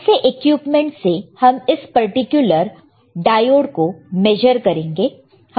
कौन से इक्विपमेंट से हम इस पर्टिकुलर डायोड को मेजर करेंगे